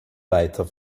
weiter